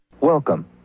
Welcome